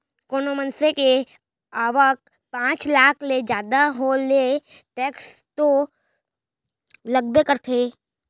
कोनो मनसे के आवक पॉच लाख ले जादा हो ले टेक्स तो लगबे करथे